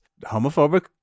homophobic